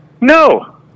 No